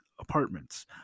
apartments